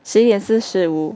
十一点四十五